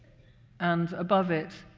and above it,